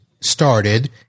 started